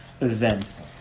events